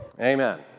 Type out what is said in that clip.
Amen